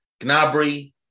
Gnabry